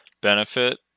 benefit